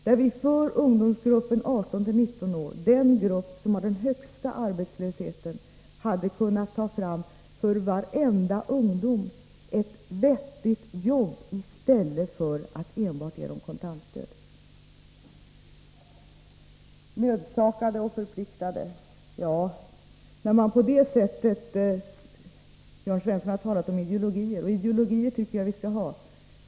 När det gäller ungdomsgruppen 18-19 år, den grupp som har den högsta arbetslösheten, hade vi kunnat ta fram ett vettigt jobb för varenda ungdom i stället för att enbart ge kontantstöd. Nödsakade och förpliktade! Jörn Svensson har talat om ideologier, och jag tycker att vi skall ha ideologier.